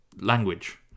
language